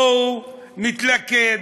בואו נתלכד,